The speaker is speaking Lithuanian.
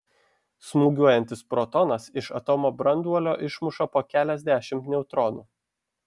smūgiuojantis protonas iš atomo branduolio išmuša po keliasdešimt neutronų